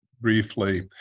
briefly